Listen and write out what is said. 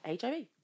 HIV